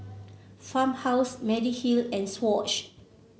Farmhouse Mediheal and Swatch